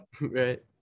right